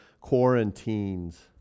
quarantines